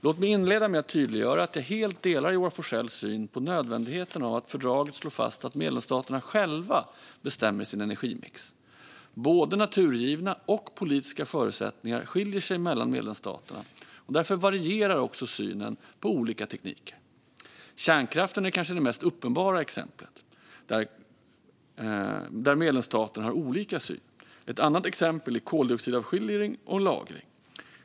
Låt mig inleda med att tydliggöra att jag helt delar Joar Forssells syn på nödvändigheten av att fördraget slår fast att medlemsstaterna själva bestämmer sin energimix. Både naturgivna och politiska förutsättningar skiljer sig mellan medlemsstaterna, och därför varierar också synen på olika tekniker. Kärnkraften är kanske det mest uppenbara exemplet där medlemsstaterna har olika syn. Ett annat exempel är koldioxidavskiljning och lagring.